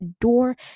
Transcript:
door